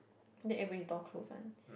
then every door close one